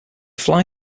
fly